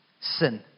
Sin